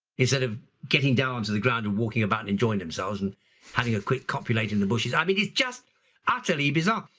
instead of getting down to the ground and walking about enjoying themselves and having a quick, copulating in the bushes, i mean, it's just utterly bizarre.